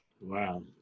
Wow